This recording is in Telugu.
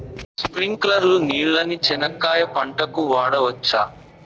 స్ప్రింక్లర్లు నీళ్ళని చెనక్కాయ పంట కు వాడవచ్చా?